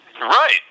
Right